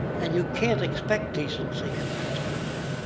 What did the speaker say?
and you can't expect decency in that sort of thing.